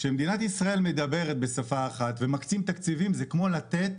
כשמדינת ישראל מקצה תקציבים זה כמו לתת